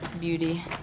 beauty